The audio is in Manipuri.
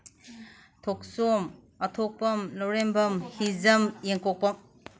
ꯊꯣꯛꯆꯣꯝ ꯑꯊꯣꯛꯄꯝ ꯂꯧꯔꯦꯝꯕꯝ ꯍꯤꯖꯝ ꯌꯦꯡꯀꯣꯛꯄꯝ